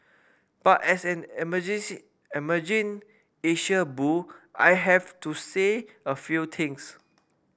but as an emergence emerging Asia bull I have to say a few things